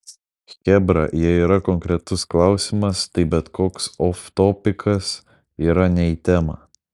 chebra jei yra konkretus klausimas tai bet koks oftopikas yra ne į temą